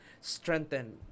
strengthen